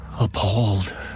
appalled